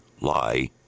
lie